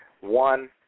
One